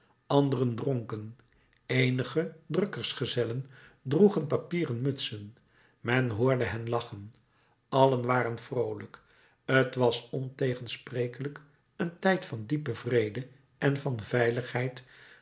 anderen dronken eenige drukkersgezellen droegen papieren mutsen men hoorde hen lachen allen waren vroolijk t was ontegensprekelijk een tijd van diepen vrede en van veiligheid